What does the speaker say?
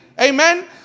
Amen